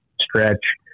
stretch